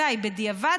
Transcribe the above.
מתי, בדיעבד?